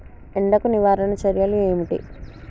ఎండకు నివారణ చర్యలు ఏమిటి?